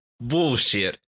bullshit